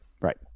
Right